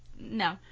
No